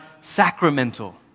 sacramental